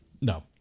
no